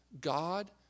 God